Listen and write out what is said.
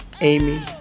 Amy